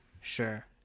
sure